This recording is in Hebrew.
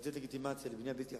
ולתת לגיטימציה לבנייה בלתי חוקית,